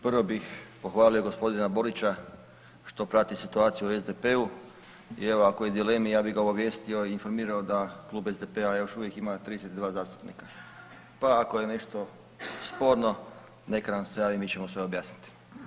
Prvo bih pohvalio gospodina Borića što prati situaciju u SDP-u jel ako je u dilemi ja bih ga obavijestio i informirao da Klub SDP-a još uvijek ima 32 zastupnika pa ako je nešto sporno neka nam se javi, mi ćemo sve objasniti.